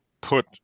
put